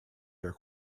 their